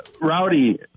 Rowdy